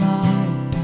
Mars